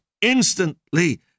instantly